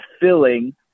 filling